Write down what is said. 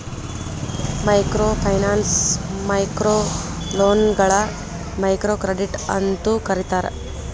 microfinance ಮೈಕ್ರೋಲೋನ್ಗಳ microcredit ಅಂತೂ ಕರೇತಾರ